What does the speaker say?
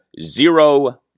zero